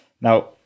Now